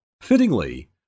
Fittingly